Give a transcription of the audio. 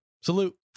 salute